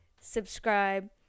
subscribe